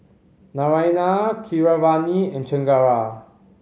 Naraina Keeravani and Chengara